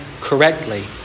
correctly